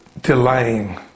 delaying